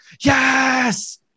yes